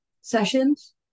sessions